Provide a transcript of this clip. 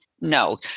no